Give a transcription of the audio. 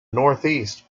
northeast